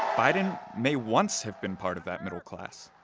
biden may once have been part of that middle class.